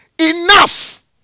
enough